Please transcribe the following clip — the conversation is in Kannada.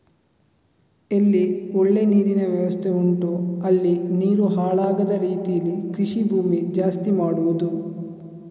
ಎಲ್ಲಿ ಒಳ್ಳೆ ನೀರಿನ ವ್ಯವಸ್ಥೆ ಉಂಟೋ ಅಲ್ಲಿ ನೀರು ಹಾಳಾಗದ ರೀತೀಲಿ ಕೃಷಿ ಭೂಮಿ ಜಾಸ್ತಿ ಮಾಡುದು